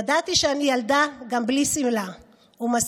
ידעתי שאני ילדה גם בלי שמלה ומספיק